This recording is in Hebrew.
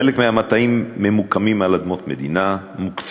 חלק מהמטעים ממוקמים על אדמות מדינה מוקצות